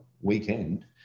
weekend